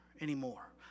anymore